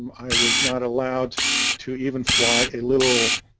i was not allowed to even fly a little